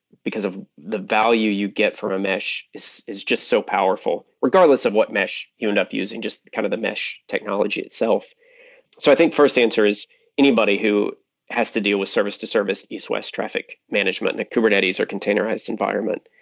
because of the value you get from a mesh is is just so powerful, regardless of what mesh you end up using, just kind of the mesh technology itself so i think first answer is anybody who has to deal with service-to-service, east-west traffic management, that kubernetes or containerized environment.